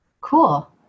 cool